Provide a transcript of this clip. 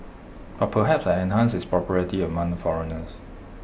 but perhaps I enhanced its popularity among foreigners